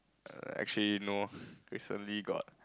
err actually no recently got